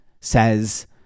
says